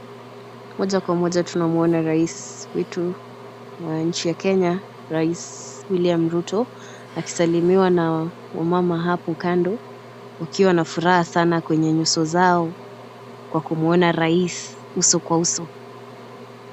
Moja kwa moja tunamuona rais wetu wa nchi ya Kenya rais William Ruto akisalimiwa na wamama hapo kando wakiwa na furaha sana kwenye nyuso zao kwa kumuona rais uso kwa uso.